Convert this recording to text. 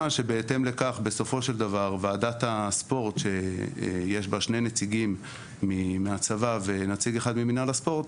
שבהתאם לכך ועדת הספורט שיש בה שני נציגים מהצבא ואחד ממינהל הספורט,